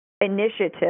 initiative